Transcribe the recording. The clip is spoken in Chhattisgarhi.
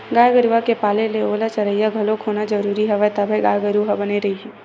गाय गरुवा के पाले ले ओला चरइया घलोक होना जरुरी हवय तभे गाय गरु ह बने रइही